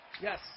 Yes